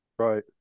Right